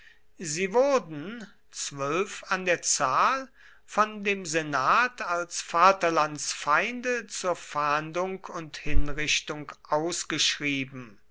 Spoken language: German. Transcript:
sie wurden zwölf an der zahl von dem senat als vaterlandsfeinde zur fahndung und hinrichtung ausgeschrieben